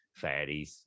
fatties